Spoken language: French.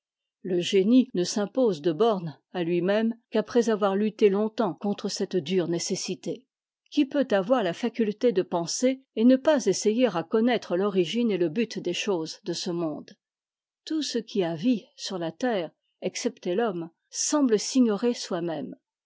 le génie ne s'impose de bornes à lui-même qu'après avoir lutté longtemps contre cette dure nécessité qui peut avoir la facutté de penser et ne pas essayer à connaître l'origine et le but des choses dé ce monde tout ce qui a vie sur la terre excepté l'homme semble s'ignorer soi-même